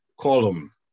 column